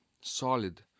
solid